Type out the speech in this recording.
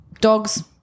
Dogs